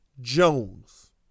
Jones